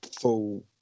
full